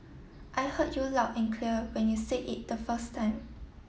I heard you loud and clear when you said it the first time